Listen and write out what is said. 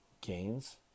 gains